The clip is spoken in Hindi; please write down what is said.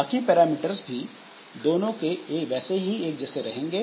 बाकी पैरामीटर्स भी दोनों के वैसे ही एक जैसे रहेंगे